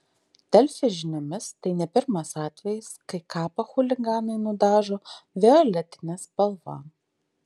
delfi žiniomis tai ne pirmas atvejis kai kapą chuliganai nudažo violetine spalva